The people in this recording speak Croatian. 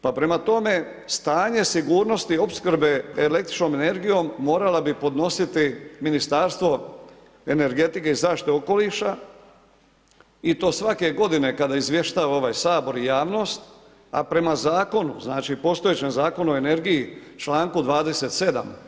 Pa prema tome stanje sigurnosti opskrbe električnom energijom morala bi podnositi Ministarstvo energetike i zaštite okoliša i to svake godine kada izvještava ovaj Sabor i javnost, a prema zakonu, znači postojećem Zakonu o energiji, članku 27.